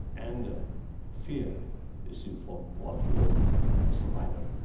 and fear is for one's own survival,